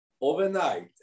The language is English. Overnight